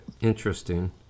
interesting